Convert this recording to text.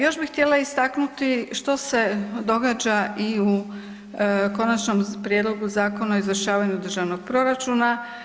Još bih htjela istaknuti što se događa i u konačnom prijedlogu Zakona o izvršavanju državnog proračuna.